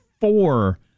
four